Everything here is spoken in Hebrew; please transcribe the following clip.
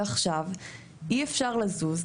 ועכשיו אי אפשר לזוז,